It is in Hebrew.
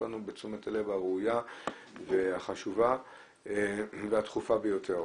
בתשומת לב ראויה וחשובה והדחופה ביותר.